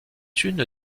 une